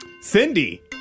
Cindy